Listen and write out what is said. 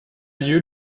lieu